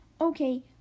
Okay